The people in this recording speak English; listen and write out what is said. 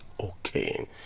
Okay